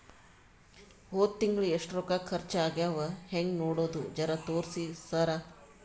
ಹೊದ ತಿಂಗಳ ಎಷ್ಟ ರೊಕ್ಕ ಖರ್ಚಾ ಆಗ್ಯಾವ ಹೆಂಗ ನೋಡದು ಜರಾ ತೋರ್ಸಿ ಸರಾ?